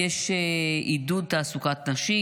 אם יש רצח,